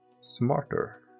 smarter